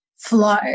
Flow